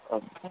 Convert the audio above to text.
okay